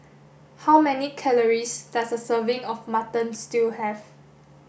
how many calories does a serving of mutton stew have